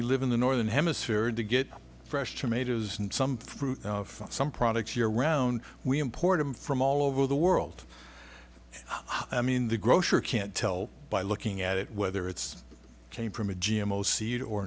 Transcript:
we live in the northern hemisphere and to get fresh tomatoes and some fruit from some products year round we import them from all over the world i mean the grocer can't tell by looking at it whether it's came from a g m o